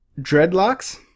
Dreadlocks